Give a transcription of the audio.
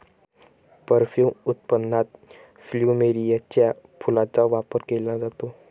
perfume उत्पादनात प्लुमेरियाच्या फुलांचा वापर केला जातो